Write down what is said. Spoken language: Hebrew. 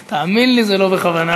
תאמין לי, זה לא בכוונה.